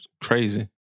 crazy